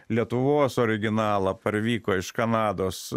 lietuvos originalą parvyko iš kanados